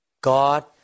God